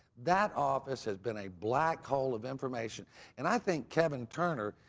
that office has been a black hole of information and i think kevin turner,